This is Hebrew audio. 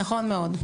נכון מאוד.